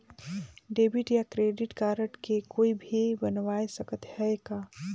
Debit या credit card के कोई भी बनवाय सकत है का?